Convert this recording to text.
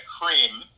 cream